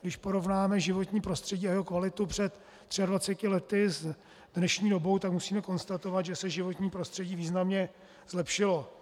Když porovnáme životní prostředí a jeho kvalitu před 23 lety s dnešní dobou, tak musíme konstatovat, že se životní prostředí významně zlepšilo.